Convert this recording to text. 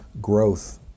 growth